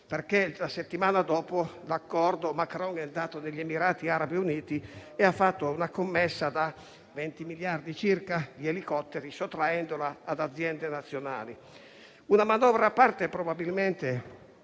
perché la settimana dopo l'accordo Macron è andato negli Emirati Arabi Uniti e ha fatto una commessa da circa 20 miliardi di elicotteri, sottraendola ad aziende nazionali. Una manovra a parte - una